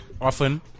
Often